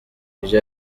ibyo